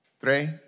tres